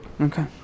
Okay